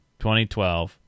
2012